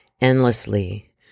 endlessly